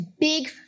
big